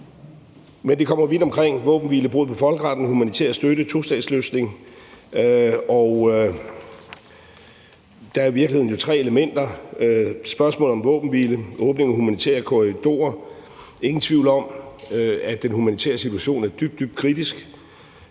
Men vi kommer vidt omkring, altså våbenhvile, brud på folkeretten, humanitær støtte, tostatsløsning, og der er jo i virkeligheden tre elementer. Hvad angår spørgsmålet om en våbenhvile og åbningen af humanitære korridorer, er der ingen tvivl om, at den humanitære situation er dybt, dybt kritisk.